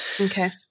Okay